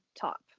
top